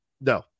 No